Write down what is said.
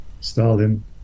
Stalin